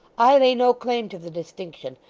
i lay no claim to the distinction,